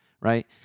right